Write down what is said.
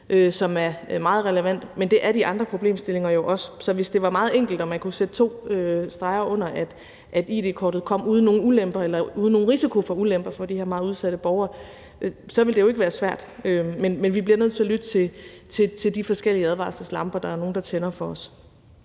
som er meget relevant, men det er de andre problemstillinger jo også. Så hvis det var meget enkelt og man kunne sætte to streger under, at id-kortet kom uden nogen ulemper eller uden nogen risiko for ulemper for de her meget udsatte borgere, ville det jo ikke være svært, men vi bliver nødt til at lytte til dem, der tænder for de